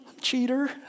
Cheater